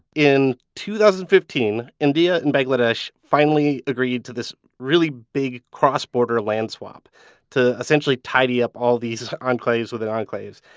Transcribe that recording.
in two thousand and fifteen, india and bangladesh finally agreed to this really big cross border land swap to essentially tidy up all these enclaves within enclaves.